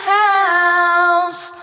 house